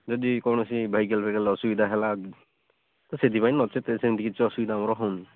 ଯଦି କୌଣସି ଭେହିକିଲ୍ ଫେହିକିଲ୍ ଅସୁବିଧା ହେଲା ତ ସେଥିପାଇଁ ନଚେତ ସେମିତି କିଛି ଅସୁବିଧା ଆମର ହେଉନି